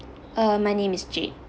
uh my name is jade